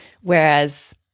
whereas